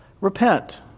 repent